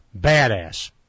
badass